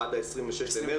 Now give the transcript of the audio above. עד ה-26 למרץ,